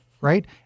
right